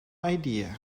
idea